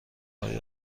آیا